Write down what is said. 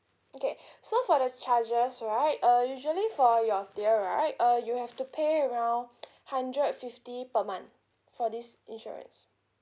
okay so for the charges right uh usually for your tier right uh you have to pay around hundred fifty per month for this insurance